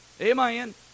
Amen